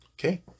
Okay